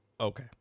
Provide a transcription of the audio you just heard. Okay